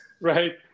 Right